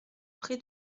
pre